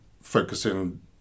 focusing